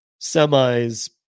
semis